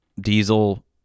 diesel